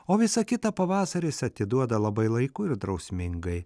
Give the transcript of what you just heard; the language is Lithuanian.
o visą kitą pavasaris atiduoda labai laiku ir drausmingai